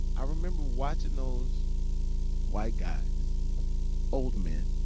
i remember watching those white guys older men,